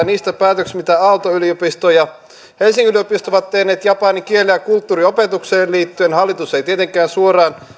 niistä päätöksistä mitä aalto yliopisto ja helsingin yliopisto ovat tehneet japanin kielen ja kulttuurin opetukseen liittyen hallitus ei tietenkään suoraan